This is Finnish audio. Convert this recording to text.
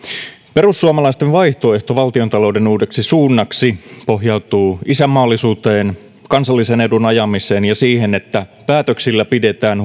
perussuomalaisten vaihtoehto valtiontalouden uudeksi suunnaksi pohjautuu isänmaallisuuteen kansallisen edun ajamiseen ja siihen että päätöksillä pidetään